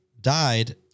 died